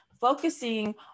focusing